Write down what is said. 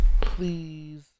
Please